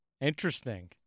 interesting